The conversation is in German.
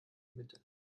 mitte